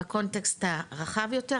בקונטקסט הרחב יותר,